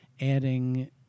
adding